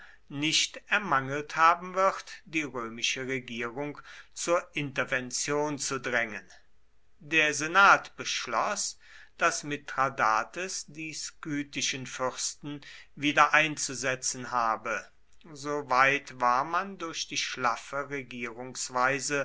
nicht ermangelt haben wird die römische regierung zur intervention zu drängen der senat beschloß daß mithradates die skythischen fürsten wiedereinzusetzen habe so weit war man durch die schlaffe regierungsweise